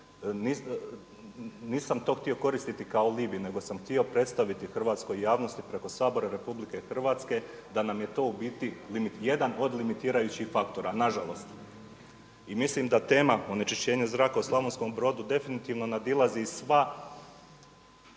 nisam to htio koristiti kao alibi nego sam htio predstaviti hrvatskoj javnosti preko Sabora Republike Hrvatske da nam je to u biti jedan od limitirajućih faktora nažalost. I mislim da tema onečišćenja zraka u Slavonskom Brodu definitivno nadilazi sva